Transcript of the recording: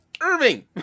Irving